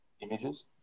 images